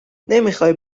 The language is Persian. نمیخوای